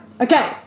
Okay